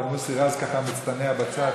אבל מוסי רז ככה מצטנע בצד,